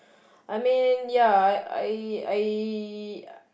I mean ya I I I